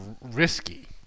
risky